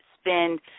spend